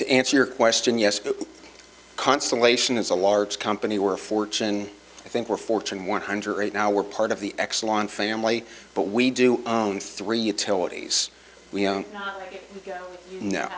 to answer your question yes constellation is a large company were fortune i think were fortune one hundred now we're part of the excellent family but we do three utilities we own no